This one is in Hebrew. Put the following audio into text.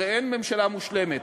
הרי אין ממשלה מושלמת,